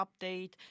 update